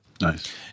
Nice